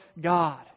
God